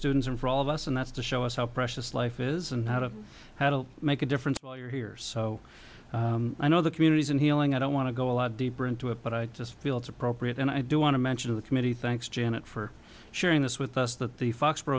students and for all of us and that's to show us how precious life is and how to how to make a difference while you're here so i know the communities and healing i don't want to go a lot deeper into it but i just feel it's appropriate and i do want to mention the committee thanks janet for sharing this with us that the fox